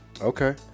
Okay